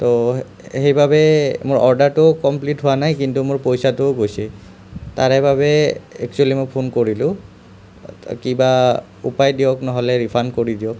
তো সেইবাবে মই অৰ্ডাৰটো কমপ্লিট হোৱা নাই কিন্তু মোৰ পইচাটোও গৈছে তাৰে বাবে একচুৱেলি মই ফোন কৰিলোঁ কিবা উপায় দিয়ক নহ'লে ৰিফাণ্ড কৰি দিয়ক